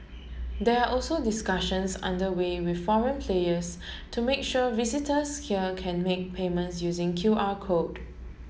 they are also discussions under way with foreign players to make sure visitors here can make payments using Q R code